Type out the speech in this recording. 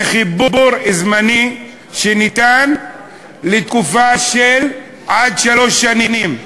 זה חיבור זמני שניתן לתקופה של עד שלוש שנים.